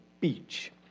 beach